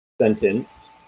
sentence